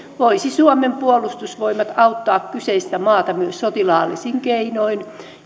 voisi suomen puolustusvoimat auttaa kyseistä maata myös sotilaallisin keinoin